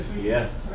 Yes